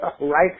right